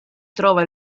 trova